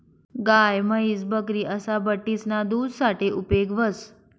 गाय, म्हैस, बकरी असा बठ्ठीसना दूध साठे उपेग व्हस